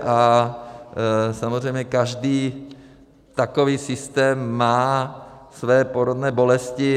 A samozřejmě každý takový systém má své porodní bolesti.